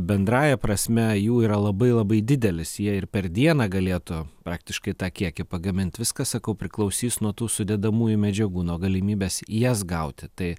bendrąja prasme jų yra labai labai didelis jie ir per dieną galėtų praktiškai tą kiekį pagamint viskas sakau priklausys nuo tų sudedamųjų medžiagų nuo galimybės jas gauti tai